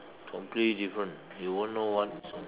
completely different you won't know [one]